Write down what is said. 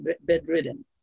bedridden